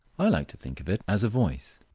i like to think of it as a voice.